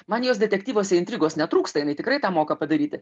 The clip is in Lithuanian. man jos detektyvuose intrigos netrūksta jinai tikrai tą moka padaryti